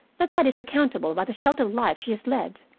but that is accountable by the sheltered life she has led.